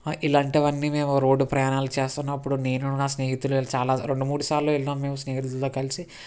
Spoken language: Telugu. ఇలాంటివన్నీ మేము రోడ్డు ప్రయాణాలు చేస్తున్నప్పుడు నేను నా స్నేహితులు చాలా రెండు మూడు సార్లు వెళ్ళాము మేము స్నేహితులతో కలిసి